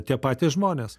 tie patys žmonės